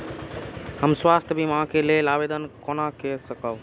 हम स्वास्थ्य बीमा के लेल आवेदन केना कै सकब?